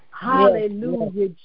Hallelujah